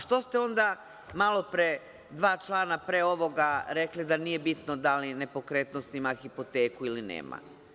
Što ste onda malopre, dva člana pre ovoga, rekli da nije bitno da li nepokretnost ima hipoteku ili nema?